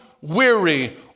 weary